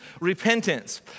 Repentance